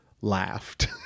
laughed